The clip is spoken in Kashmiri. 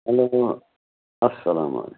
ہیٚلو اَسلام علیکُم